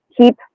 keep